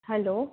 hello